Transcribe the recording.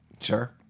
Sure